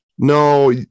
No